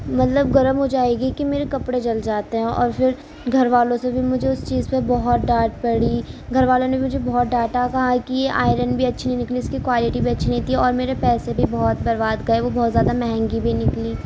مطلب گرم ہو جائے گی کہ میرے کپڑے جل جاتے ہیں اور پھر گھر والوں سے بھی مجھے اس چیز پہ بہت ڈانٹ پڑی گھر والوں نے مجھے بہت ڈانٹا کہا کہ یہ آئرن بھی اچھی نہیں نکلی اس کی کوالیٹی بھی اچھی نہیں تھی اور میرے پیسے بھی بہت برباد گئے وہ بہت زیادہ مہنگی بھی نکلی